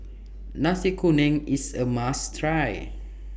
Nasi Kuning IS A must Try